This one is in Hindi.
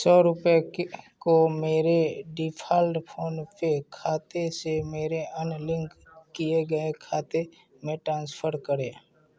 सौ रुपये को मेरे डिफ़ॉल्ट फ़ोन पर खाते से मेरे अन्य लिंक किए गए खाते में ट्रांसफ़र करें